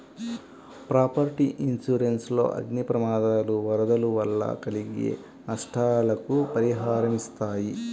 property insurance లో అగ్ని ప్రమాదాలు, వరదలు వల్ల కలిగే నష్టాలకు పరిహారమిస్తారు